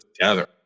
together